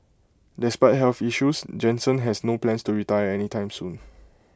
despite health issues Jansen has no plans to retire any time soon